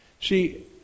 See